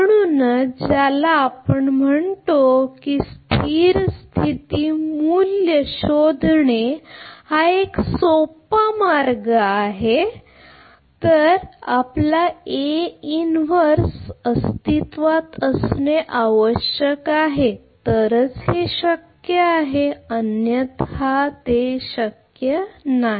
म्हणूनच ज्याला आपण म्हणतो की स्थिर स्थिती मूल्य शोधणे हा एक सोपा मार्ग आहे आपला अस्तित्त्वात असणे आवश्यक आहे तरच ते शक्य आहे अन्यथा ते शक्य नाही